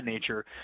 nature